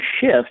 shift